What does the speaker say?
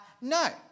No